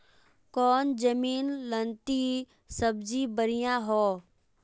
कौन जमीन लत्ती सब्जी बढ़िया हों?